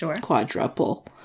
quadruple